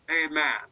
Amen